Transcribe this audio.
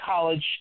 college